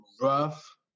rough